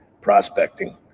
prospecting